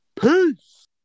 peace